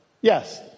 Yes